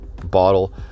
bottle